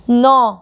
नौ